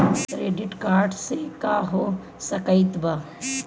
Credit card से का हो सकइत बा?